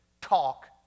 talk